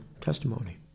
testimony